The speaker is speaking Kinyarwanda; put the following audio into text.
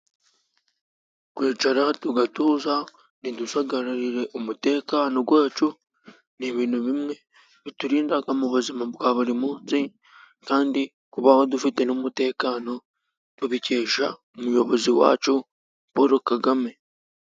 Kwicara tugatuza ntidusagararire umutekano wacu, ni ibintu bimwe biturinda mu buzima bwa buri munsi, kandi kubaho dufite n'umutekano, tubikesha umuyobozi wacu paul kagame.